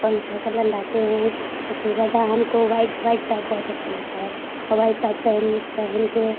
कौन सा कलर लाते हैं सबसे ज़्यादा हमको वाईट वाईट टब बहुत अच्छा लगता है और वाईट टप पहन पहन कर